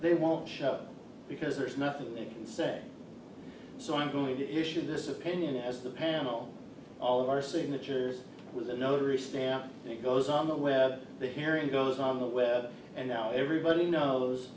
they won't because there is nothing you can say so i'm going to issue this opinion as the panel all of our signatures with a notary stamp it goes on the web the hearing goes on the web and now everybody knows